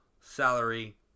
salary